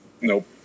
Nope